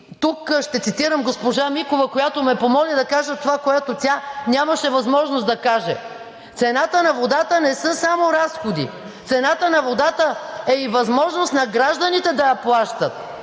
Тук ще цитирам госпожа Микова, която ме помоли да кажа това, което тя нямаше възможност да каже: цената на водата не са само разходи. Цената на водата е и възможност на гражданите да я плащат.